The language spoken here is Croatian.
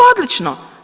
Odlično!